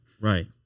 Right